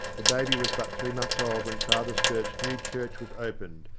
the baby was but three months old when father sturt's new church was opened,